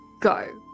go